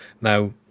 Now